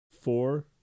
Four